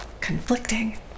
conflicting